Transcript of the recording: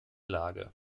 lage